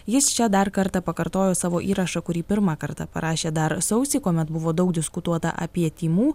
jis čia dar kartą pakartojo savo įrašą kurį pirmą kartą parašė dar sausį kuomet buvo daug diskutuota apie tymų